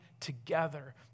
together